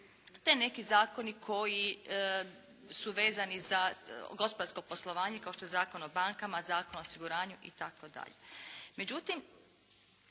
te neki zakoni koji su vezani za gospodarsko poslovanje kao što je Zakon o bankama, Zakon o osiguranju itd. Međutim,